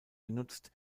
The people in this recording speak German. genutzt